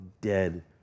dead